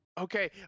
Okay